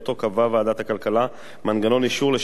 קבעה ועדת הכלכלה מנגנון אישור לשירותים